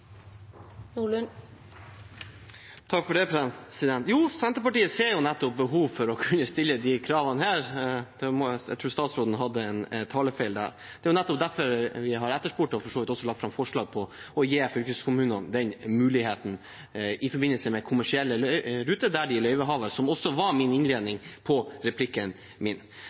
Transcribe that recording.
Senterpartiet ser jo nettopp behov for å kunne stille disse kravene – jeg tror statsråden sa feil der. Det er jo nettopp derfor vi har etterspurt det og for så vidt også lagt fram forslag om å gi fylkeskommunene den muligheten i forbindelse med kommersielle ruter der de er løyvehaver, som også var innledningen på replikken min.